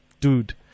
dude